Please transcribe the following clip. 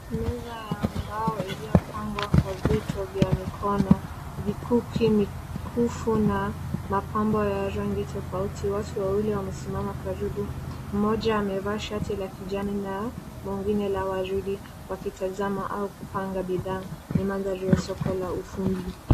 Meza ambayo iliyopangwa kwa vitu za mikono vikuki, mikufu na mapambo ya rangi tofauti. Watu wawili wamesimama karibu mmoja amevaa shati la kijani na mwingine ya waridi wakitazama au kuoanga bidaa. Ni maadhali ya soko la ufundi.